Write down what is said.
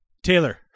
Taylor